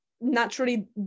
Naturally